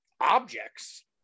objects